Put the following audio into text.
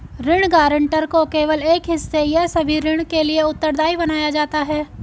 ऋण गारंटर को केवल एक हिस्से या सभी ऋण के लिए उत्तरदायी बनाया जाता है